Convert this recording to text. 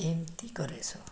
ଏମିତି କରେ ସବୁ